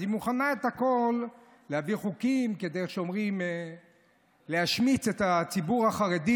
אז היא מוכנה להביא חוקים כדי להשמיץ את הציבור החרדי.